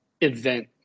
event